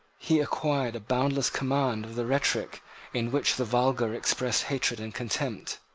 he acquired a boundless command of the rhetoric in which the vulgar express hatred and contempt.